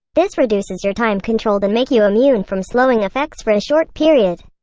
this reduces your time controlled and make you immune from slowing effects for a short period.